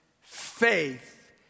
faith